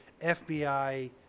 FBI